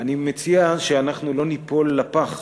אני מציע שאנחנו לא ניפול בפח